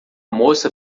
moça